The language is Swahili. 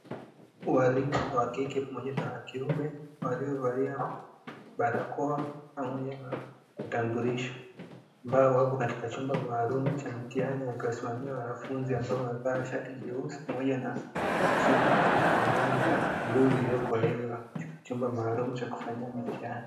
Walimu wakike pamoja na wakiume waliovalia barakoa pamoja na vitambulisho, ambao wapo kwenye chumba maalumu cha mitiani wakiwasimamia wanafunzi ambao wamevaa shati jeusi pamoja na suruali zenye rangi ya bluu iliyokolezwa, chumba maalumu cha kufanyia mitihani.